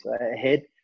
ahead